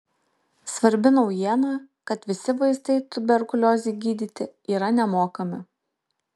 svarbi naujiena kad visi vaistai tuberkuliozei gydyti yra nemokami